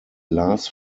las